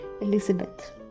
Elizabeth